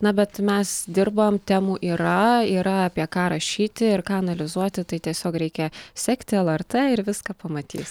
na bet mes dirbam temų yra yra apie ką rašyti ir ką analizuoti tai tiesiog reikia sekti lrt ir viską pamatys